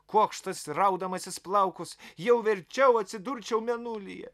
kuokštais raudamasis plaukus jau verčiau atsidurčiau mėnulyje